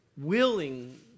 Willing